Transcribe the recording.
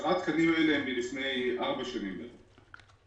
המספר הזה מלפני ארבע שנים בערך,